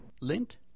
Lint